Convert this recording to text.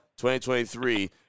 2023